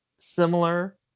Similar